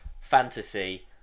fantasy